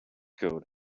code